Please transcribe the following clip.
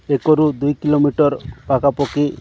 ଏକରୁ ଦୁଇ କିଲୋମିଟର୍ ପାଖାପାଖି